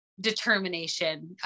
determination